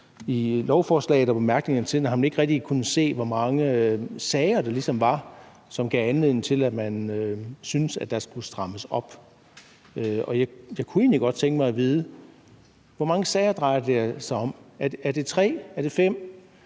I lovforslaget og bemærkningerne til det har man ikke kunnet se, hvor mange sager der gav anledning til, at man syntes, at der skulle strammes op. Jeg kunne egentlig godt tænke mig at vide, hvor mange sager det her drejer sig om. Er det tre, er det fem,